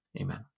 amen